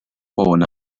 ffôn